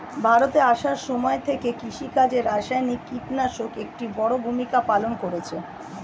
ভারতে আসার সময় থেকে কৃষিকাজে রাসায়নিক কিটনাশক একটি বড়ো ভূমিকা পালন করেছে